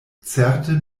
certe